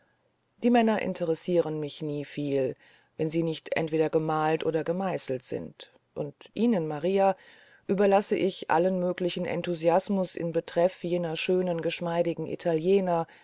die männer interessieren mich nie viel wenn sie nicht entweder gemalt oder gemeißelt sind und ihnen maria überlasse ich allen möglichen enthusiasmus in betreff jener schönen geschmeidigen italiener